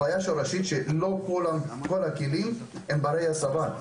הבעיה השורשית היא שלא כל הכלים הם ברי הסבה,